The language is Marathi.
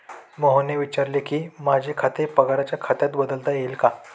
मोहनने विचारले की, माझे खाते पगाराच्या खात्यात बदलता येईल का